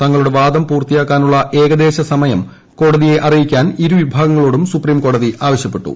തങ്ങളുടെ വാദം പൂർത്തിയാക്കുന്നതിനുള്ള ഏകദേശ സമയം അറിയിക്കാൻ ഇരു വിഭാഗങ്ങളോടും സുപ്രീംകോടതി ആവശ്യപ്പെട്ടു